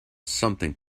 something